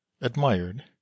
admired